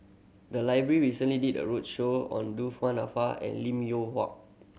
the library recently did a roadshow on Du Nanfa and Lim Yew